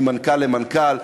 ממנכ"ל למנכ"ל.